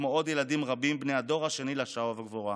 כמו עוד ילדים רבים בני הדור השני לשואה ולגבורה.